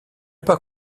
pas